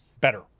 better